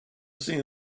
seen